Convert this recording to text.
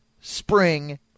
spring